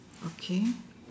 okay